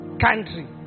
country